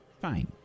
Fine